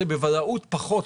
אלא המחיר הזול